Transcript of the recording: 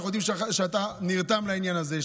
אנחנו יודעים שאתה נרתם לעניין הזה.